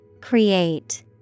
Create